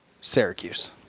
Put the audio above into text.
Syracuse